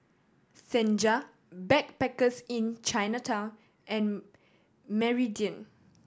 Senja Backpackers Inn Chinatown and Meridian